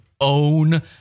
own